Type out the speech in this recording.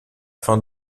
fin